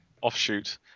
Offshoot